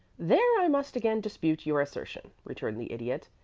there i must again dispute your assertion, returned the idiot.